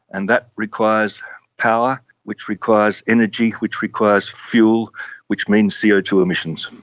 and that requires power which requires energy which requires fuel which means c o two emissions.